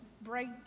break